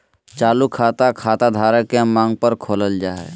चालू खाता, खाता धारक के मांग पर खोलल जा हय